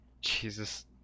Jesus